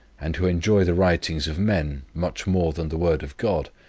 and who enjoy the writings of men much more than the word of god,